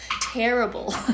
terrible